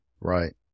Right